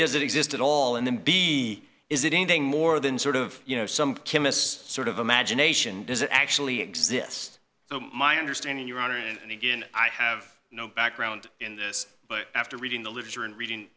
does it exist at all and then b is it anything more than sort of you know some chemist sort of imagination does it actually exist so my understanding your honor and again i have no background in this but after reading the literature and reading